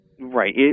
Right